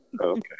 Okay